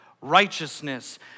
righteousness